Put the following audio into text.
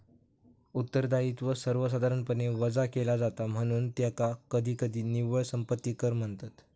उत्तरदायित्व सर्वसाधारणपणे वजा केला जाता, म्हणून त्याका कधीकधी निव्वळ संपत्ती कर म्हणतत